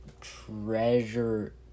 treasure